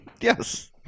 yes